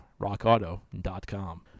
RockAuto.com